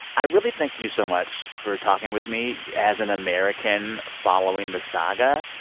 i really thank you so much for talking with me. as an american following the saga,